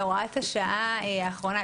הוראת השעה האחרונה,